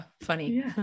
funny